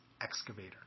Excavator